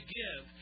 give